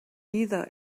either